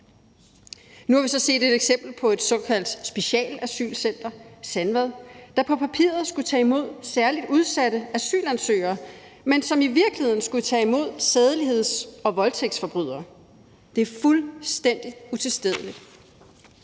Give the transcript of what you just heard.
nu har vi så set et eksempel på et såkaldt specialasylcenter, Sandvad, der på papiret skulle tage imod særligt udsatte asylansøgere, men som i virkeligheden skulle tage imod sædeligheds- og voldtægtsforbrydere. Det er fuldstændig utilstedeligt.